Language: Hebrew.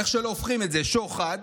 איך שלא הופכים את זה, שוחד.